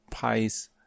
Pie's